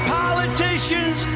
politicians